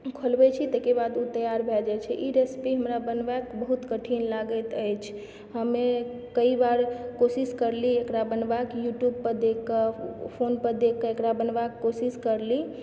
खोलबैत छी ताहिके बाद ओ तैआर भए जाइ छै ई रेसीपी हमरा बनेबाक बहुत कठिन लागैत अछि हमे कई बार कोशिश करलियै एकरा बनेबाक यूट्युब पर देखकऽ फोनपर देखकऽ एकरा बनेबाक कोशिश करली